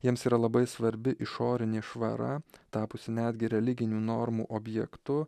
jiems yra labai svarbi išorinė švara tapusi netgi religinių normų objektu